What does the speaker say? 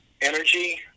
energy